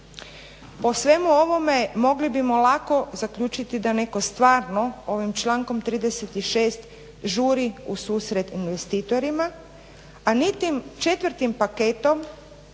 Po svemu ovome mogli bismo lako zaključiti da netko stvarno ovim člankom 36. žuri u susret investitorima, a niti četvrtim paketom